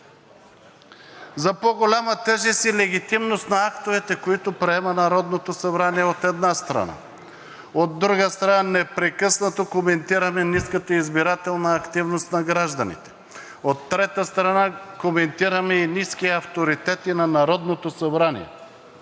За по-голяма тежест и легитимност на актовете, които приема Народното събрание, от една страна, от друга страна, непрекъснато коментираме ниската избирателна активност на гражданите, от трета страна, коментираме и ниския авторитет на Народното събрание.